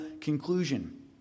conclusion